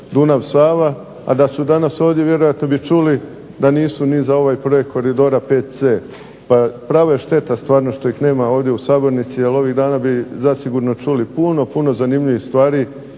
Dunav-Sava, a da su danas ovdje vjerojatno bi čuli da nisu ni za ovaj projekt Koridora VC. Prava je šteta stvarno što ih nema ovdje u sabornici jer ovih dana bi zasigurno čuli puno, puno zanimljivih stvari